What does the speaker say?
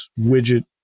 widget